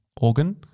organ